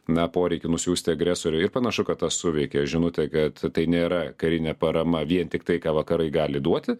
na poreikį nusiųsti agresoriui ir panašu kad tas suveikė žinutė kad tai nėra karinė parama vien tiktai ką vakarai gali duoti